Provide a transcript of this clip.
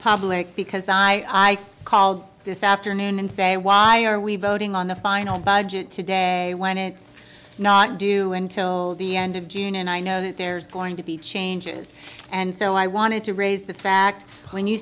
public because i called this afternoon and say why are we voting on the final budget today when it's not due until the end of june and i know that there's going to be changes and so i wanted to raise the fact when you